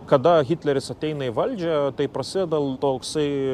kada hitleris ateina į valdžią tai prasideda toksai